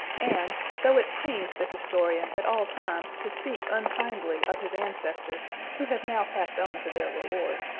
and, though it pains the historian at all times to speak unkindly of his ancestors who have now passed on to their reward,